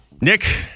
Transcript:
Nick